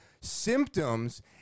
symptoms